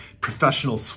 professional